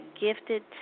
gifted